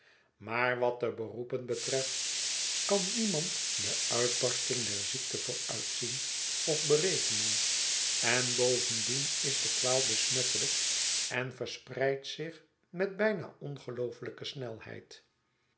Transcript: maar wat de beroepen betreft kan niemand de uitbarsting der ziekte vooruitzien of berekenen en bovendien is de kwaal besmettelijk en verspreidt zich met bijna ongeloofelijke snelheid